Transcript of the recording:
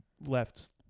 left